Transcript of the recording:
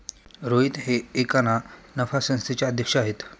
रोहित हे एका ना नफा संस्थेचे अध्यक्ष आहेत